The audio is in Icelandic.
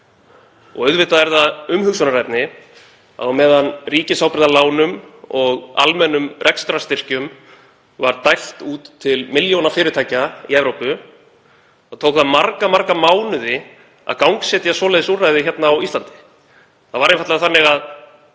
Auðvitað er það umhugsunarefni að á meðan ríkisábyrgð á lánum og almennum rekstrarstyrkjum var dælt út til milljóna fyrirtækja í Evrópu tók marga mánuði að gangsetja svoleiðis úrræði á Íslandi. Það var einfaldlega þannig að